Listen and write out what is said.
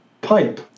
pipe